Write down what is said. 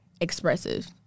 expressive